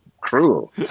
cruel